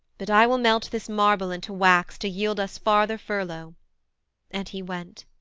but i will melt this marble into wax to yield us farther furlough and he went.